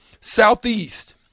southeast